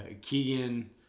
keegan